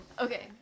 Okay